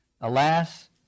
Alas